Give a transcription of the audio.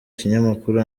kinyamakuru